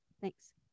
Thanks